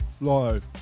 Live